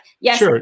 yes